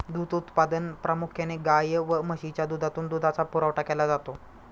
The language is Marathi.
दूध उत्पादनात प्रामुख्याने गाय व म्हशीच्या दुधातून दुधाचा पुरवठा केला जातो